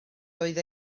oedd